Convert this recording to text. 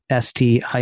ST